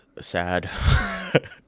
sad